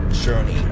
journey